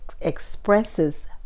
expresses